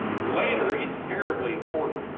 later its terribly important.